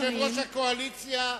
יושב-ראש הקואליציה,